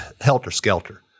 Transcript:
helter-skelter